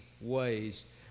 ways